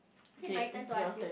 is it my turn to ask you